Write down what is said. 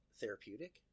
therapeutic